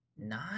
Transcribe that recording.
nine